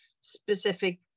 specific